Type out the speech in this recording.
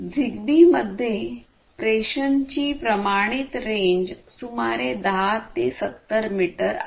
Zigbee मध्ये प्रेषणची प्रमाणित रेंज सुमारे 10 ते 70 मीटर आहे